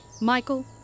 Michael